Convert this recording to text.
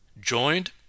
Joined